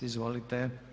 Izvolite.